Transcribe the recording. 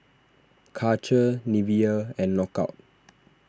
Karcher Nivea and Knockout